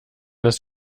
dass